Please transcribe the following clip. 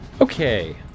Okay